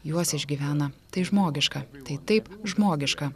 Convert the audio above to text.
juos išgyvena tai žmogiška tai taip žmogiška